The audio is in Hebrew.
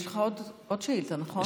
יש לך עוד שאילתה, נכון?